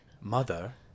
mother